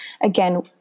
again